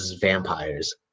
Vampires